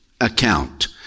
account